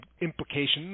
implications